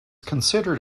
considered